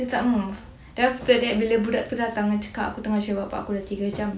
dia tak move then after that bila budak tu datang dia cakap aku dah cari bapa aku dah tiga jam